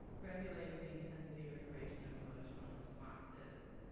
regulating the intensity or duration of emotional responses.